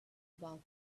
about